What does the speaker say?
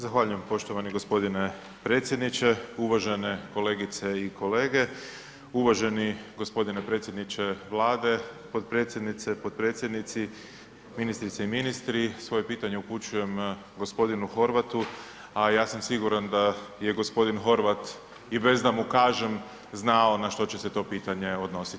Zahvaljujem poštovani gospodine predsjedniče, uvažene kolegice i kolege, uvaženi gospodine predsjedniče Vlade, potpredsjednice, potpredsjednici, ministrice i ministri, svoje pitanje upućujem gospodinu Horvatu, a ja sam siguran da je gospodin Horvat i bez da mu kažem znao na što će se to pitanje odnositi.